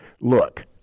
look